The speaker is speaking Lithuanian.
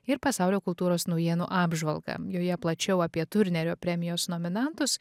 ir pasaulio kultūros naujienų apžvalgą joje plačiau apie turnerio premijos nominantus